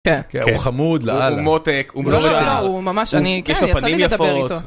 כן, הוא חמוד לאללה, הוא מותק, הוא ממש אני, כן, יצא לי לדבר איתו.